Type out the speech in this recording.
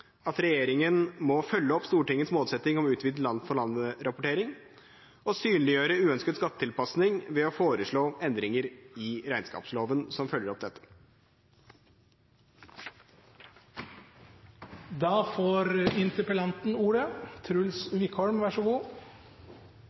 at regjeringen må følge opp Stortingets målsetting om utvidet land-for-land-rapportering og synliggjøre uønsket skattetilpasning ved å foreslå endringer i regnskapsloven som følger opp